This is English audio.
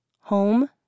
Home